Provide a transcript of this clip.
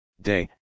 day